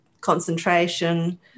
concentration